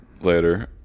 Later